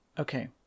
Okay